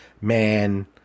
Man